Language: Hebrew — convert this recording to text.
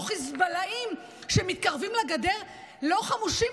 וחיזבאללה מתקרבים לגדר "לא חמושים",